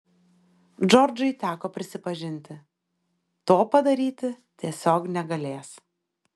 džordžai teko prisipažinti to padaryti tiesiog negalės